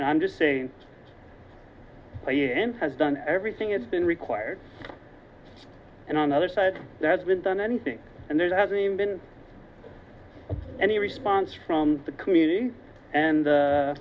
and i'm just saying i am has done everything it's been required and on the other side that's been done anything and there hasn't been any response from the community and